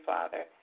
Father